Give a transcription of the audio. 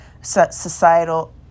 societal